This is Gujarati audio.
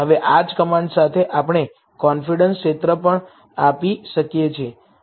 હવે આ જ કમાન્ડ સાથે આપણે કોન્ફિડન્સ ક્ષેત્ર પણ આપી શકીએ છીએ